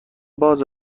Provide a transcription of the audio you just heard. باز